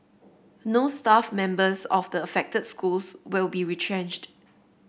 no staff members of the affected schools will be retrenched